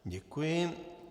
Děkuji.